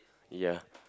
ya